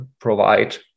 provide